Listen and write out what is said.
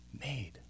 made